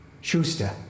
Schuster